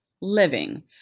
living